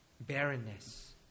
barrenness